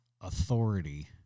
authority